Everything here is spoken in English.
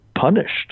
punished